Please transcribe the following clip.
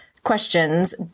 questions